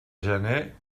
gener